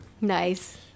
Nice